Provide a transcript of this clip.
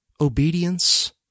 obedience